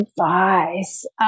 advice